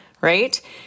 Right